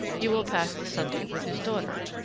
you will pass the sunday with his daughter,